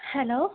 hello